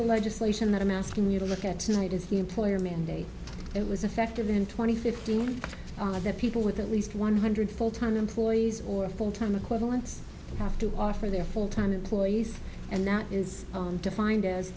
the legislation that i'm asking you to look at tonight is the employer mandate it was effective in twenty fifteen all of the people with at least one hundred full time employees or full time equivalents have to offer their full time employees and that is defined as